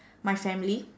my family